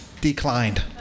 declined